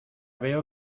veo